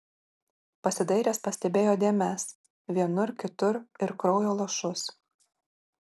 pasidairęs pastebėjo dėmes vienur kitur ir kraujo lašus